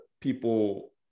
people